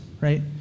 right